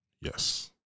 Yes